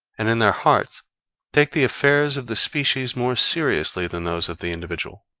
and in their hearts take the affairs of the species more seriously than those of the individual.